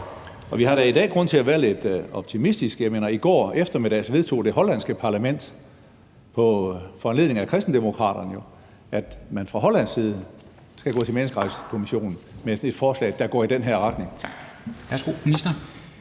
Vi har da i dag grund til at være lidt optimistiske. Jeg mener, i går eftermiddags vedtog det hollandske parlament på foranledning af kristendemokraterne, at man fra hollandsk side skal gå til Menneskerettighedskommissionen med et forslag, der går i den her retning.